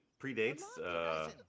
predates